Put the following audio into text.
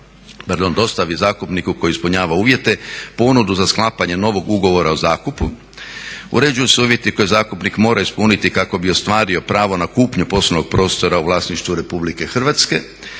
da dostavi zakupniku koji ispunjava uvjete ponudu za sklapanje novog ugovora o zakupu. Uređuju se uvjeti koje zakupnik mora ispuniti kako bi ostvario pravo na kupnju poslovnog prostora u vlasništvu Republike Hrvatske,